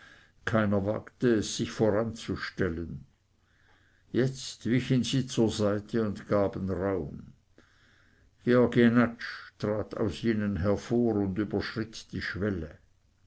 keiner wagte es sich voranzustellen jetzt wichen sie zur seite und gaben raum georg jenatsch trat aus ihnen hervor und überschritt die schwelle